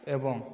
ଏବଂ